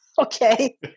Okay